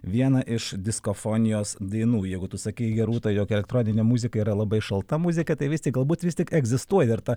vieną iš disko fonijos dainų jeigu tu sakei rūta jog elektroninė muzika yra labai šalta muzika tai vis tik gal būt vis tik egzistuoja dar ta